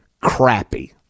crappy